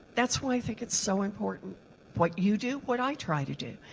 that's why i think it's so important what you do, what i tried to do,